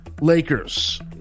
Lakers